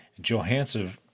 Johansson